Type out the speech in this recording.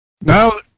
No